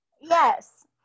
Yes